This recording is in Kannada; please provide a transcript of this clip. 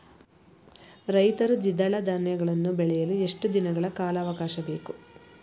ರೈತರು ದ್ವಿದಳ ಧಾನ್ಯಗಳನ್ನು ಬೆಳೆಯಲು ಎಷ್ಟು ದಿನಗಳ ಕಾಲಾವಾಕಾಶ ಬೇಕು?